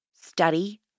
study